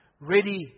ready